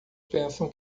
pensam